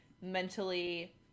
mentally